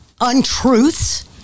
untruths